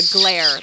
glare